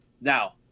Now